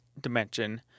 dimension